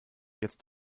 jetzt